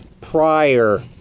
prior